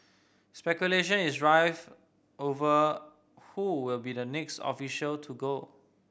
speculation is rife over who will be the next official to go